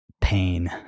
Pain